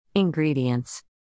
Ingredients